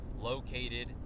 located